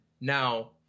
Now